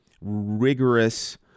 rigorous